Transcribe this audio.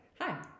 Hi